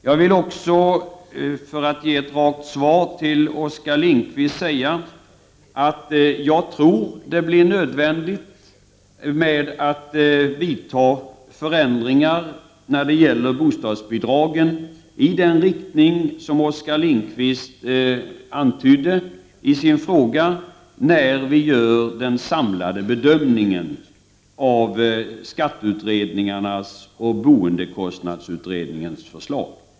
Jag vill också, för att ge ett rakt svar, till Oskar Lindkvist säga att jag tror att det blir nödvändigt med att vidta förändringar när det gäller bostadsbidragen i den riktning som Oskar Lind kvist antydde i sin fråga, när vi gör den samlade bedömningen av skatteutredningarnas och boendekostnadsutredningens förslag.